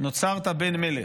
נוצרת בן מלך",